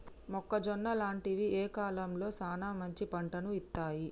మొక్కజొన్న లాంటివి ఏ కాలంలో సానా మంచి పంటను ఇత్తయ్?